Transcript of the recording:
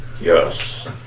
Yes